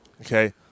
Okay